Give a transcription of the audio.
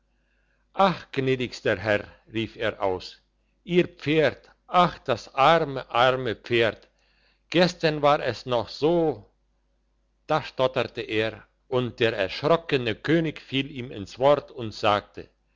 ach gnädigster herr rief er aus ihr pferd ach das arme arme pferd gestern war es noch so da stotterte er und der erschrockene könig fiel ihm ins wort und sagte